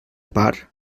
part